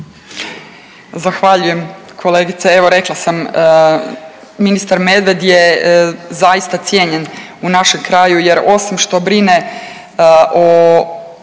Zahvaljujem kolegice, evo rekla sam, ministar Medved je zaista cijenjen u našem kraju jer osim što brine o,